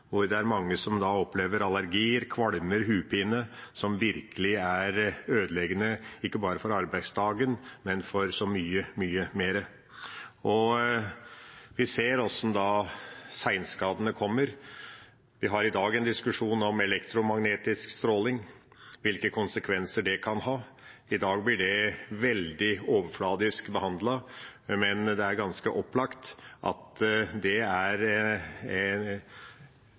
hvor det er mange som opplever allergier, kvalme og hodepine, som virkelig er ødeleggende, ikke bare for arbeidsdagen, men for så mye, mye mer. Vi ser hvordan senskadene kommer. Vi har i dag en diskusjon om elektromagnetisk stråling og hvilke konsekvenser det kan ha. I dag blir det veldig overflatisk behandlet, men det er ganske opplagt at det er